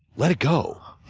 let it go.